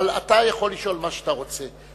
אבל אתה יכול לשאול מה שאתה רוצה.